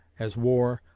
as war,